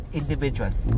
individuals